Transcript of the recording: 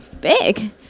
big